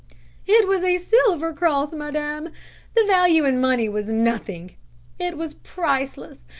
it was a silver cross, madame the value in money was nothing it was priceless.